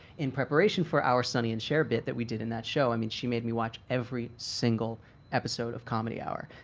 in preparation for our sonny and cher bit that we did in that show, i mean she made me watch every single episode of comedy hour.